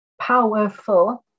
powerful